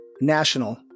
national